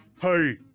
hey